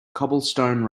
cobblestone